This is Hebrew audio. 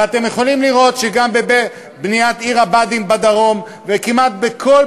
ואתם יכולים לראות שגם בבניית עיר הבה"דים בדרום וכמעט בכל